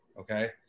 Okay